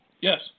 Yes